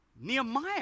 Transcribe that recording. Nehemiah